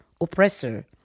oppressor